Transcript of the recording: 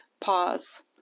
pause